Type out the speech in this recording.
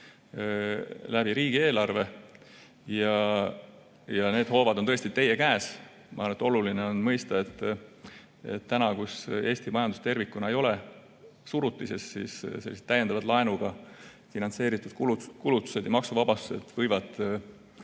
läbi riigieelarve ja need hoovad on tõesti teie käes. Ma arvan, et oluline on mõista, et täna, kui Eesti majandus tervikuna ei ole surutises, võivad sellised täiendavad laenuga finantseeritud kulutused ja maksuvabastused